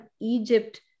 Egypt